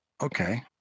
okay